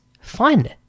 fun